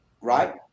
right